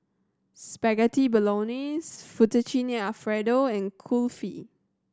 Spaghetti Bolognese Fettuccine Alfredo and Kulfi